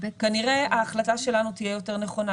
כנראה ההחלטה שלנו תהיה יותר נכונה.